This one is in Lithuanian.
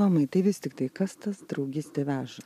tomai tai vis tiktai kas tas draugystė veža